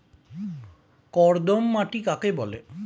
কর্দম মাটি কাকে বলে?